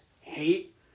hate